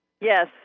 yes